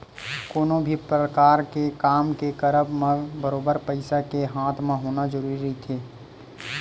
कोनो भी परकार के काम के करब म बरोबर पइसा के हाथ म होना जरुरी रहिथे